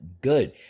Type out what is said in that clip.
good